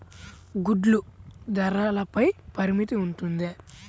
గుడ్లు ధరల పై పరిమితి ఉంటుందా?